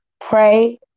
pray